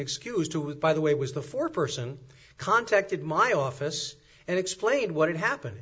excuse to by the way was the foreperson contacted my office and explained what had happened